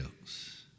else